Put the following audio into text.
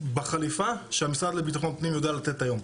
בחליפה שהמשרד לביטחון פנים יודע לתת היום.